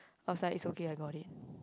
I was like it's okay I got it